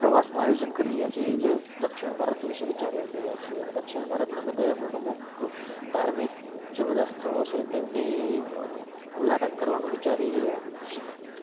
પ્રવાસનું આયોજન કરી રહ્યા છે જે દક્ષિણ ભારત વિશે વિચારી રહ્યા છે દક્ષિણ ભારતના બધાય અમુક અમુક ધાર્મિક જે બધા સ્થળો છે તેમની મુલાકાત કરવાનું વિચારી રહ્યા છીએ